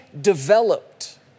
developed